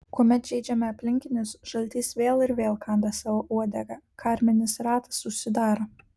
kuomet žeidžiame aplinkinius žaltys vėl ir vėl kanda savo uodegą karminis ratas užsidaro